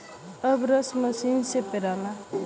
अब रस मसीन से पेराला